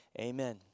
Amen